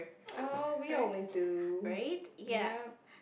oh we always do yup